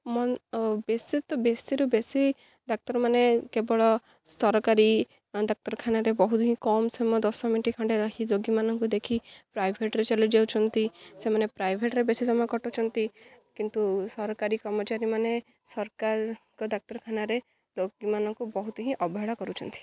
ବେଶୀ ତ ବେଶୀରୁ ବେଶୀ ଡ଼ାକ୍ତରମାନେ କେବଳ ସରକାରୀ ଡ଼ାକ୍ତରଖାନାରେ ବହୁତ ହିଁ କମ୍ ସମୟ ଦଶ ମିନିଟ୍ ଖଣ୍ଡେ ରହି ରୋଗୀମାନଙ୍କୁ ଦେଖି ପ୍ରାଇଭେଟ୍ରେ ଚାଲିଯାଉଛନ୍ତି ସେମାନେ ପ୍ରାଇଭେଟ୍ରେ ବେଶୀ ସମୟ କାଟୁଚନ୍ତି କିନ୍ତୁ ସରକାରୀ କର୍ମଚାରୀମାନେ ସରକାରଙ୍କ ଡ଼ାକ୍ତରଖାନାରେ ରୋଗୀମାନଙ୍କୁ ବହୁତ ହିଁ ଅବହେଳା କରୁଛନ୍ତି